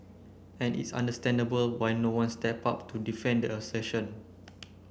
and it's understandable why no one stepped up to defend the assertion